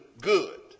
good